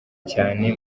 cyane